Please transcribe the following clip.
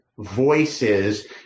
voices